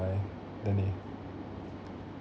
buy then they